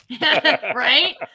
right